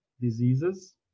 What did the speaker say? diseases